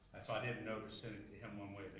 so, i didn't know to send it to him one way